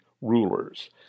rulers